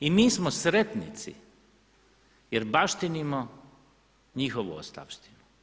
I mi smo sretnici jer baštinimo njihovu ostavštinu.